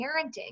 parenting